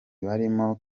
barimo